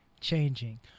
changing